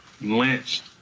lynched